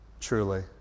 Truly